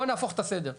בואו נהפוך את הסדר,